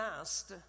asked